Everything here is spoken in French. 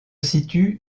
situent